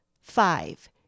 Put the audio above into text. Five